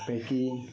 ᱟᱯᱮ ᱠᱤ